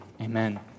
Amen